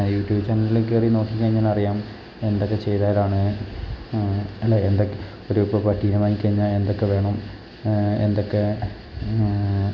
YouTube ചാനലിൽ കയറി നോക്കി കഴിഞ്ഞാൽ അറിയാം എന്തൊക്കെ ചെയ്താലാണ് അല്ല എന്ത് ഒരു ഇപ്പം പട്ടിനെ വാങ്ങി കഴിഞ്ഞാൽ എന്തൊക്കെ വേണം എന്തൊക്കെ എന്നാൽ